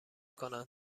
کنند